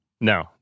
no